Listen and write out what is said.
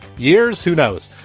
years. who knows?